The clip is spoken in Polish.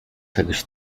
czegoś